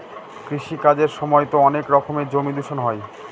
কৃষি কাজের সময়তো অনেক রকমের জমি দূষণ হয়